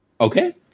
Okay